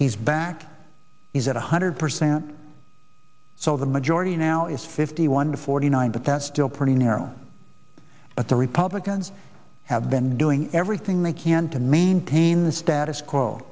he's back he's at one hundred percent so the majority now is fifty one to forty nine but that's still pretty narrow but the republicans have been doing everything they can to maintain the status quo